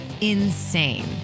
insane